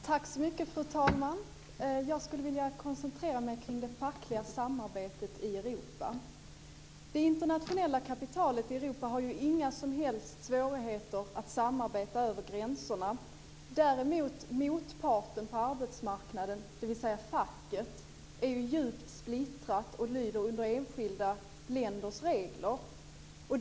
Fru talman! Jag skulle vilja koncentrera mig på det fackliga samarbetet i Europa. Det internationella kapitalet i Europa har inga som helst svårigheter att samarbeta över gränserna. Däremot är ju motparten på arbetsmarknaden, dvs. facket, djupt splittrad. Facket lyder under enskilda länders regler.